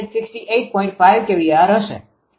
5kVAr હશે